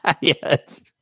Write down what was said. yes